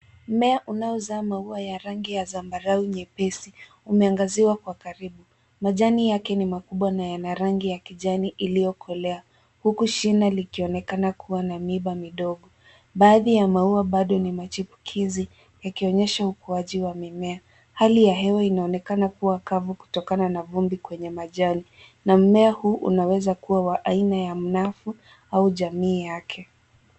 Mmea unaozaa maua ya rangi ya zambarau nyepesi, umeangaziwa kwa karibu. Majani yake ni makubwa na yana rangi ya kijani iliyokolea huku shina likionekana kuwa na miiba midogo. Baadhi ya maua bado ni machipukizi yakionyesha ukuaji wa mimea. Hali ya hewa inaonekana kuwa kavu kutokana na vumbi kwenye majani na mmea huu unaweza kuwa wa aina ya mnafu au jamii yake.